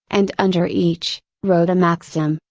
and under each, wrote a maxim,